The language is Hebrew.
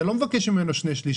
אתה לא מבקש ממנו שני שליש.